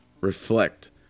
reflect